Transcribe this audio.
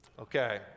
Okay